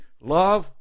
Love